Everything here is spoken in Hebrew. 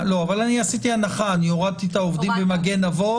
אבל עשיתי הנחה כי הורדתי את העובדים ב"מגן אבות"